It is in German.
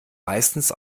meistens